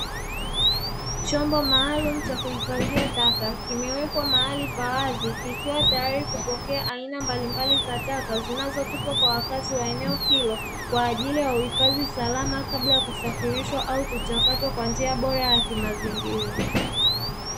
Chombo maalumu cha kuhifadhia taka, kimewekwa mahali pa wazi, kikiwa tayari kupokea aina mbalimbali za taka zinazotupwa kwa wakazi wa eneo hilo kwa ajili ya uhifadhi salama, kabla ya kusafirishwa au kuchakatwa kwa njia bora ya kimazingira.